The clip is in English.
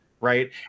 right